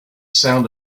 sound